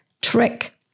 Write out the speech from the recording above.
trick